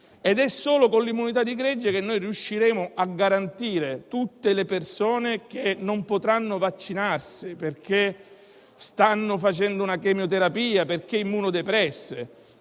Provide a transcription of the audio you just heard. Ed è solo con l'immunità di gregge che riusciremo a garantire tutte le persone che non potranno vaccinarsi, perché sottoposte a chemioterapia e, quindi, immunodepresse.